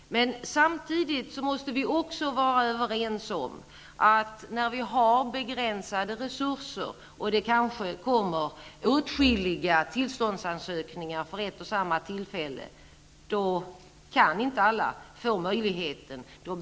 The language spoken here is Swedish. Men samtidigt måste vi också vara överens om att när vi har begränsade resurser och det kanske kommer åtskilliga tillståndsansökningar för ett och samma tillfälle, kan inte alla få möjlighet att genomföra sitt arrangemang.